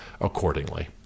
accordingly